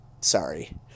Sorry